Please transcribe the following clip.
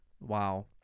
wow